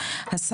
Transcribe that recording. מסוכנות,